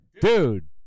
dude